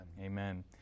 Amen